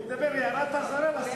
הוא מקבל הערת אזהרה.